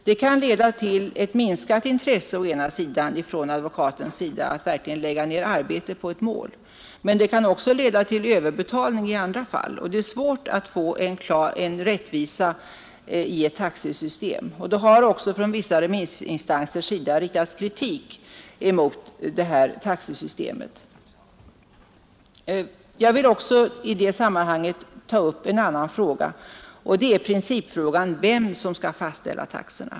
Det kan leda till att advokaten har ett minskat intresse av att verkligen lägga ned arbete på ett mål, men det kan också leda till överbetalning i andra fall, och det är svårt att få en klar rättvisa i ett taxesystem. Det har också från vissa remissinstansers sida riktats kritik mot det föreslagna taxesystemet.